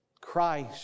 Christ